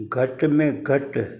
घटि में घटि